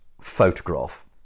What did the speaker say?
photograph